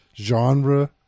genre